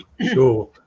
Sure